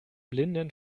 blinden